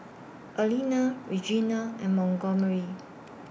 Alina Regina and Montgomery